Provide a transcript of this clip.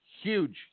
Huge